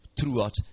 Throughout